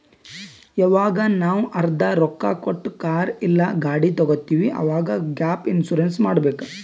ಯವಾಗ್ ನಾವ್ ಅರ್ಧಾ ರೊಕ್ಕಾ ಕೊಟ್ಟು ಕಾರ್ ಇಲ್ಲಾ ಗಾಡಿ ತಗೊತ್ತಿವ್ ಅವಾಗ್ ಗ್ಯಾಪ್ ಇನ್ಸೂರೆನ್ಸ್ ಮಾಡಬೇಕ್